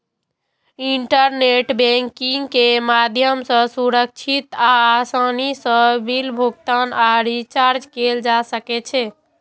internet banking के माध्यम सं सुरक्षित आ आसानी सं बिल भुगतान आ रिचार्ज कैल जा सकै छै